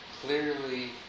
clearly